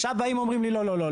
עכשיו באים ואומרים שלא,